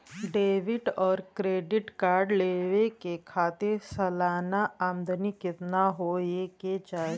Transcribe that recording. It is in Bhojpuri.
डेबिट और क्रेडिट कार्ड लेवे के खातिर सलाना आमदनी कितना हो ये के चाही?